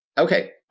Okay